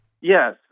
Yes